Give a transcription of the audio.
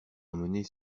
emmener